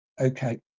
Okay